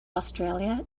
australia